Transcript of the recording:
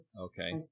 Okay